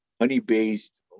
honey-based